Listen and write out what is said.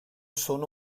sono